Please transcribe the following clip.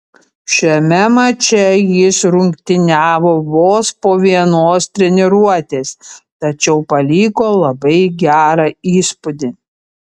šiame mače jis rungtyniavo vos po vienos treniruotės tačiau paliko labai gerą įspūdį